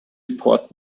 important